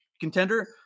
contender